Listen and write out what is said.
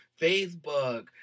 Facebook